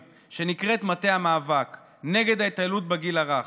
שנקראת מטה המאבק נגד התעללות בגיל הרך.